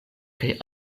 kaj